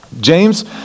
James